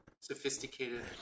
sophisticated